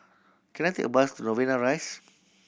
can I take a bus to Novena Rise